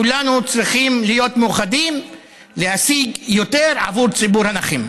כולנו צריכים להיות מאוחדים ולהשיג יותר עבור ציבור הנכים.